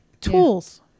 tools